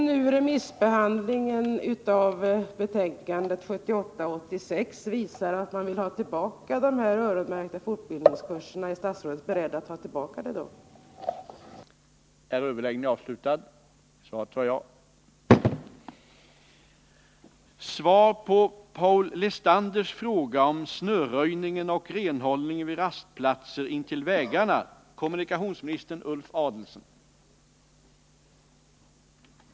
Om nu remissbehandlingen av betänkandet SOU 1978:86 visar att man vill ha tillbaka de öronmärkta pengarna för fortbildningen, är statsrådet då beredd att medverka till att de tas tillbaka?